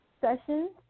sessions